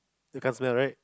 you can't smell right